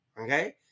Okay